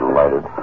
lighted